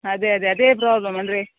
ಅದೇ ಅದೇ ಅದೇ ಪ್ರಾಬ್ಲಮ್ ಅಂದರೆ